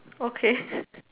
okay